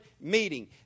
meeting